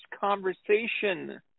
conversation